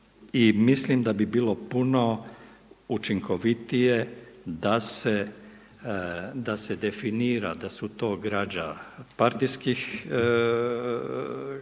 Mislim da bi bilo puno učinkovitije da se definira da su to građa partijskih odnosno